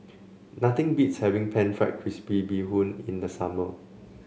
nothing beats having pan fried crispy Bee Hoon in the summer